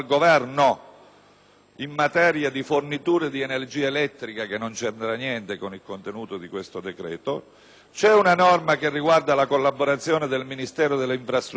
in materia di fornitura di energia elettrica, che non ha nulla a che fare con il contenuto di questo decreto; un'altro emendamento riguarda la collaborazione del Ministero delle infrastrutture